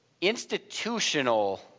institutional